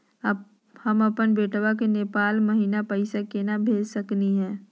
हम अपन बेटवा के नेपाल महिना पैसवा केना भेज सकली हे?